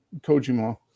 Kojima